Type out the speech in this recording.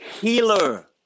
healer